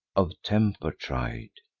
of temper tried.